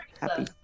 happy